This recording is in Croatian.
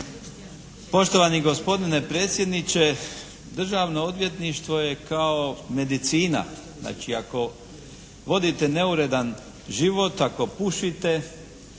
Poštovani gospodine predsjedniče, Državno odvjetništvo je kao medicina. Znači ako vodite neuredan život, ako pušite,